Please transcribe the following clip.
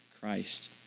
Christ